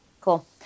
Cool